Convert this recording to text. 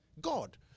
God